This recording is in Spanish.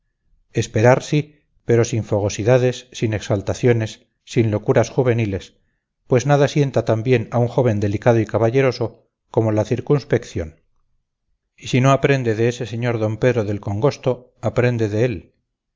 esperar sí pero sin fogosidades sin exaltaciones sin locuras juveniles pues nada sienta tan bien a un joven delicado y caballeroso como la circunspección y si no aprende de ese sr d pedro del congosto aprende de él